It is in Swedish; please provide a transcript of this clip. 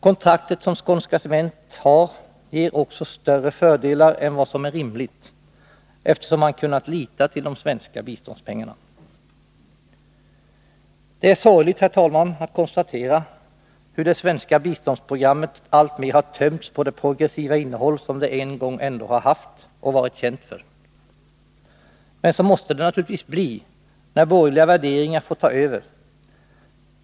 Kontraktet som Skånska Cement har ger också större fördelar än vad som är rimligt, eftersom man kunnat lita till de svenska biståndspengarna. Det är sorgligt, herr talman, att konstatera hur det svenska biståndsprogrammet alltmer har tömts på det progressiva innehåll som det en gång ändå har haft och varit känt för. Men så måste det naturligtvis bli, när borgerliga värderingar får ta över.